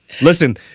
Listen